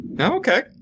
Okay